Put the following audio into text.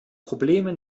probleme